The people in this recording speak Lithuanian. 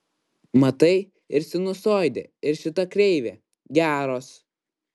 matai ir sinusoidė ir šita kreivė geros